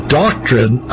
doctrine